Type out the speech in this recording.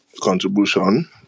contribution